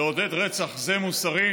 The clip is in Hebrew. לעודד רצח זה מוסרי?